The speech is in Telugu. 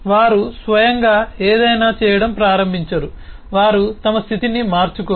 వారు స్వయంగా ఏదైనా చేయటం ప్రారంభించరు వారు తమ స్థితిని మార్చుకోరు